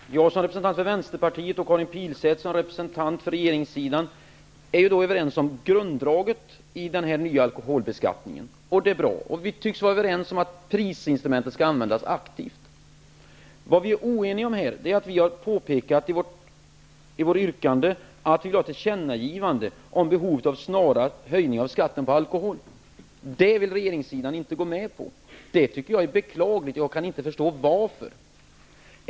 Fru talman! Jag som representant för Vänsterpartiet och Karin Pilsäter som representant för regeringssidan är överens om grunddraget i den här nya alkoholbeskattningen. Det är bra. Vi tycks vara överens om att prisinstrumentet skall användas aktivt. Men vi är inte eniga på en punkt. Vänsterpartiet har i sitt yrkande påpekat att vi vill ha ett tillkännagivande om behovet av snara höjningar av skatten på alkohol. Det vill regeringssidan inte gå med på. Det tycker jag är beklagligt, och jag kan inte förstå skälet.